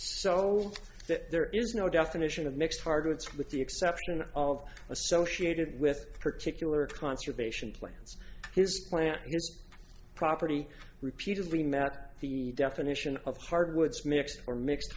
that there is no definition of mixed targets with the exception of associated with particular conservation plans his plan property repeatedly met the definition of hardwoods mixed or mixed